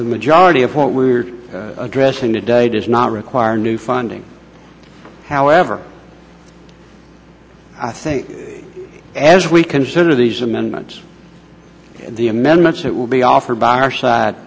the majority of what we're addressing today does not require new funding however i think as we consider these amendments the amendments that will be offered